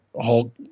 Hulk